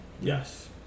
yes